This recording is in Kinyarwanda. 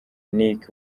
nic